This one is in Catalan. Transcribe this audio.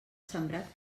sembrat